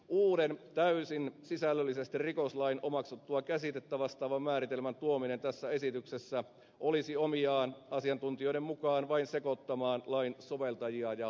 uuden täysin sisällöllisesti rikoslain omaksuttua käsitettä vastaavan määritelmän tuominen tässä esityksessä olisi omiaan asiantuntijoiden mukaan vain sekoittamaan lain soveltajia ja tulkitsijoita